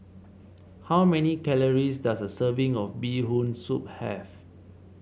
how many calories does a serving of Bee Hoon Soup have